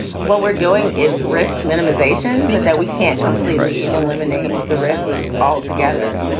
what we're doing is risk minimization, but that we can't completely eliminate the risk altogether.